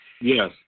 Yes